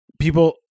people